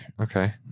okay